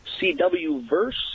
CW-verse